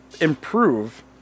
improve